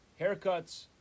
haircuts